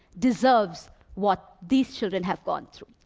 deserves what these children have gone through.